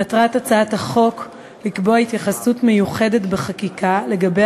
מטרת הצעת החוק לקבוע התייחסות מיוחדת בחקיקה לגבי